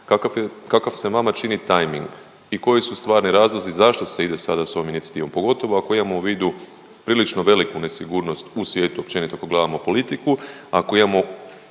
kakav se vama čini tajming i koji su stvarni razlozi zašto se ide sada s ovom inicijativom pogotovo ako imamo u vidu prilično veliku nesigurnost u svijetu općenito ako gledamo politiku, ako imamo